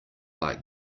like